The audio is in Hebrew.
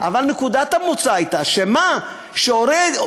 אבל נקודת המוצא הייתה שמה שהוריד,